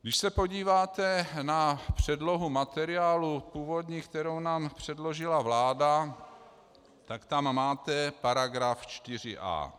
Když se podíváte na předlohu materiálu původní, kterou nám předložila vláda, tak tam máte § 4a.